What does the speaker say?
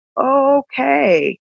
okay